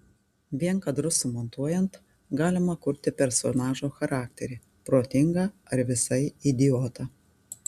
vien kadrus sumontuojant galima kurti personažo charakterį protingą ar visai idiotą